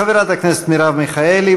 חברת הכנסת מרב מיכאלי,